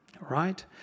Right